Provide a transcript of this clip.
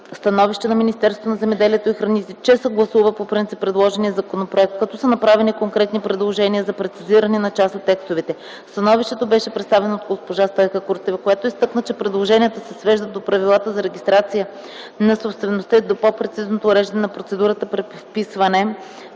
становище на Министерството на земеделието и храните, че съгласува по принцип предложения законопроект, като са направени конкретни предложения за прецизиране на част от текстовете. Становището беше представено от госпожа Стойка Куртева, която изтъкна, че предложенията се свеждат до правилата за регистрация на собствеността и до по-прецизното уреждане на процедурата при вписване